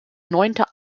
neunter